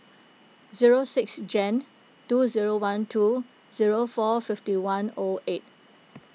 zero six Jan two zero one two zero four fifty one O eight